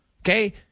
Okay